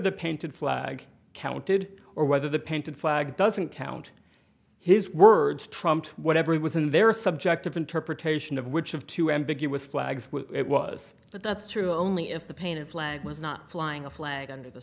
the painted flag counted or whether the painted flag doesn't count his words trumped whatever it was in their subjective interpretation of which of two ambiguous flags it was but that's true only if the painted flag was not flying a flag under the